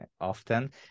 often